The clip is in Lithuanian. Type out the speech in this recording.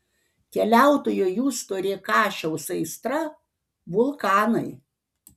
keliautojo justo rėkašiaus aistra vulkanai